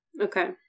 Okay